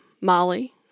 Molly